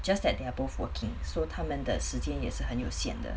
just that they are both working so 他们的时间也是很有限的